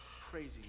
Crazy